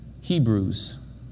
Hebrews